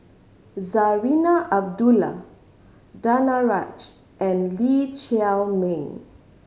Zarinah Abdullah Danaraj and Lee Chiaw Meng